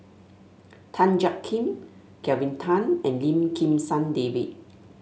Tan Jiak Kim Kelvin Tan and Lim Kim San David